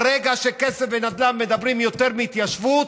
ברגע שכסף ונדל"ן מדברים יותר מהתיישבות,